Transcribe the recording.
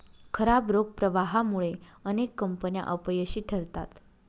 खराब रोख प्रवाहामुळे अनेक कंपन्या अपयशी ठरतात